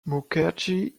mukherjee